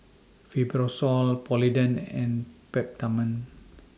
Fibrosol Polident and Peptamen